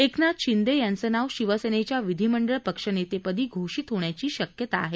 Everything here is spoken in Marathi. एकनाथ शिंदे यांचं नाव शिवसेनेच्या विधिमंडळ पक्षनेतेपदी घोषित होण्याची शक्यता आहे